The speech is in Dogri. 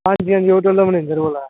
हां जी हां जी होटल दा मैनेजर बोल्ला ना